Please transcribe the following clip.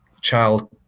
child